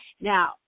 Now